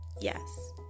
Yes